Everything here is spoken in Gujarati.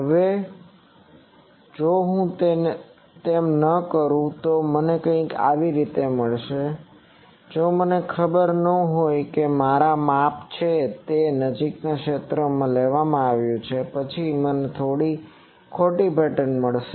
હવે જો હું તે ન કરું તો મને કંઈક મળશે અને જો મને ખબર ન હોય કે તે માપ છે તે નજીકના ક્ષેત્રમાં લેવામાં આવ્યું છે પછી મને થોડી ખોટી પેટર્ન મળશે